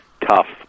tough